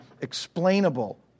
explainable